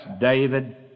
David